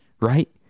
right